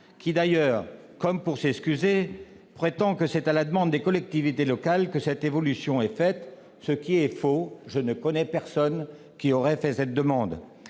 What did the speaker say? qui, d'ailleurs, comme pour s'en excuser, prétend que c'est à la demande des collectivités locales que cette évolution est faite, ce qui est faux- je ne connais personne qui aurait formulé cette demande.